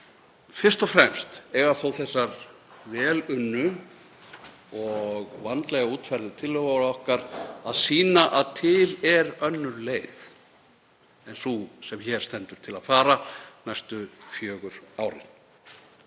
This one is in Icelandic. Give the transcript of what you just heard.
fyrst og fremst eiga þó þessar vel unnu og vandlega útfærðu tillögur okkar að sýna að til er önnur leið en sú sem hér stendur til að fara næstu fjögur árin.